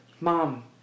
Mom